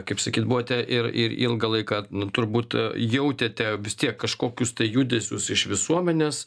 kaip sakyti buvote ir ir ilgą laiką nu turbūt jautėte vis tiek kažkokius tai judesius iš visuomenės